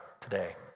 today